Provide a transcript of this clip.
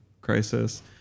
crisis